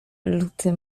luty